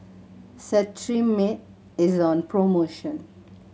Cetrimide is on promotion